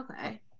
Okay